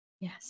Yes